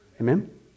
Amen